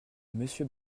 monsieur